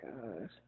god